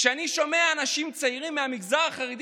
כשאני שומע אנשים צעירים מהמגזר החרדי